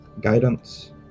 guidance